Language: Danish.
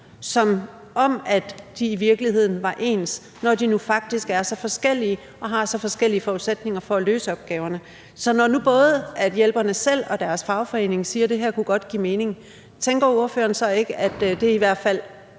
som om de i virkeligheden var ens, når de nu faktisk er så forskellige og har så forskellige forudsætninger for at løse opgaverne. Så når nu både hjælperne selv og deres fagforening siger, at det her godt kunne give mening, tænker ordføreren så ikke, at det i hvert fald